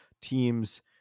teams